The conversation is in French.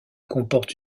comporte